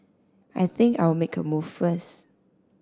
I think I'll make a move first